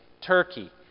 Turkey